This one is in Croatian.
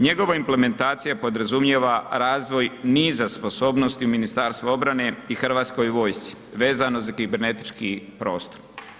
Njegova implementacija podrazumijeva razvoj niza sposobnosti Ministarstvu obrane i Hrvatskoj vojsci vezano za kibernetički prostor.